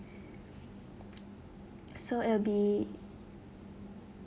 so it'll be